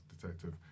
Detective